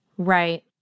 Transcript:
Right